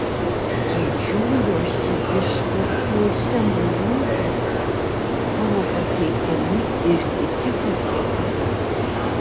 didžiuliuose išskobtuose moliūguose buvo pateikiami ir kiti patiekalai